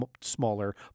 smaller